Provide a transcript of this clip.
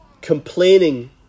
Complaining